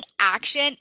action